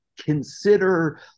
consider